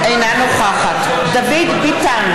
אינה נוכחת דוד ביטן,